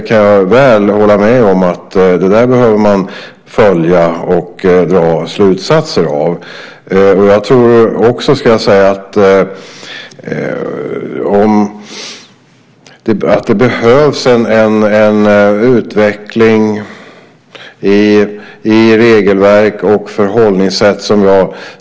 Jag kan hålla med om att man behöver följa det och dra slutsatser. Jag tror också att det behövs en utveckling i regelverk och förhållningssätt.